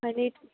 आनी